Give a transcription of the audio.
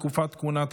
תקופות כהונה,